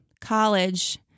college